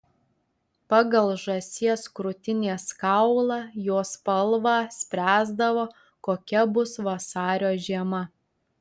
pagal žąsies krūtinės kaulą jo spalvą spręsdavo kokia bus vasario žiema